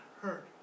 hurt